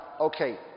Okay